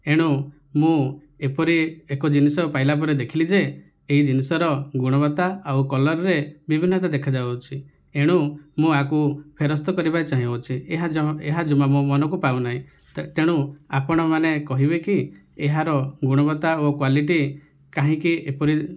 ଏଣୁ ମୁଁ ଏପରି ଏକ ଜିନିଷ ପାଇଲାପରେ ଦେଖିଲି ଯେ ଏହି ଜିନିଷର ଗୁଣବତ୍ତା ଆଉ କଲର୍ରେ ବିଭିନ୍ନତା ଦେଖାଯାଉଅଛି ଏଣୁ ମୁଁ ଆକୁ ଫେରସ୍ତ କରିବାକୁ ଚାହୁଁଅଛି ଏହା ଏହା ଜମା ମୋ ମନକୁ ପାଉନାହିଁ ତେଣୁ ଆପଣମାନେ କହିବେକି ଏହାର ଗୁଣବତ୍ତା ଓ କ୍ୱାଲିଟି କାହିଁକି ଏପରି